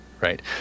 right